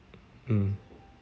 mm